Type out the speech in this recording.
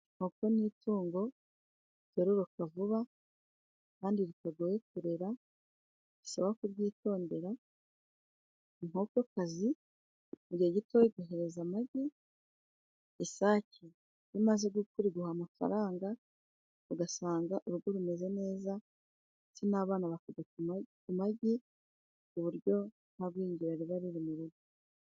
Inkoko ni itungo ryororoka vuba kandi ritagoye kurera risaba kuryitondera. Inkokokazi mu gihe gito iguhereza amagi, isake iyo imaze gukura iguha amafaranga ugasanga urugo rumeze neza ndetse n'abana bakarya ku magi, ku buryo nta gungira riba riri mu rugo.